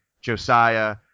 Josiah